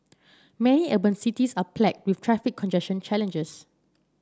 many urban cities are plagued with traffic congestion challenges